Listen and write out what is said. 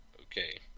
okay